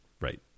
right